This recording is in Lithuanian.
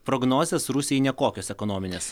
prognozės rusijai nekokios ekonominės